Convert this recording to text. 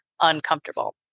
uncomfortable